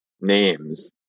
names